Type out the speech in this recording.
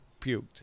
puked